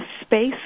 space